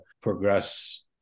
progress-